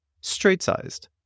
straight-sized